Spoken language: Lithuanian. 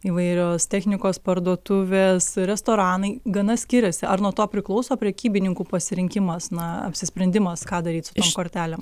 įvairios technikos parduotuvės restoranai gana skiriasi ar nuo to priklauso prekybininkų pasirinkimas na apsisprendimas ką daryt su tom kortelėm